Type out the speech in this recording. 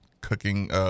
cooking